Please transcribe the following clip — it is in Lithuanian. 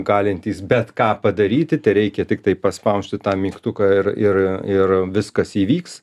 galintys bet ką padaryti tereikia tiktai paspausti tą mygtuką ir ir ir viskas įvyks